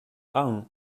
ahun